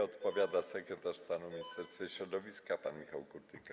Odpowiada sekretarz stanu w Ministerstwie Środowiska pan Michał Kurtyka.